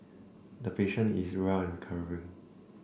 the patient is well and recovering